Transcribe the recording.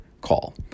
call